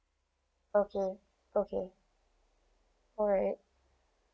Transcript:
okay okay alright